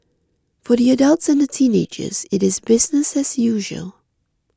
for the adults and the teenagers it is business as usual